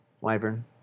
wyvern